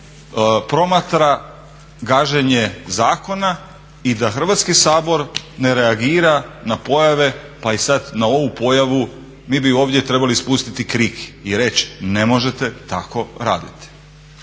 promatra gaženje zakona i da Hrvatski sabor ne reagira na pojave pa sada i na ovu pojavu, mi bi ovdje trebali ispustiti krik i reći ne možete tako raditi.